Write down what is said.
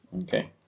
Okay